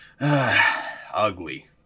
Ugly